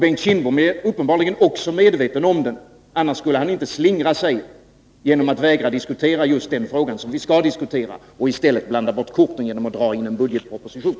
Bengt Kindbom är uppenbarligen också medveten om den; annars skulle han inte slingra sig genom att vägra diskutera just den fråga som vi skall diskutera ochi stället blanda bort korten genom att dra in en budgetproposition.